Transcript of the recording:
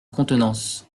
contenance